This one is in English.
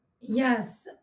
Yes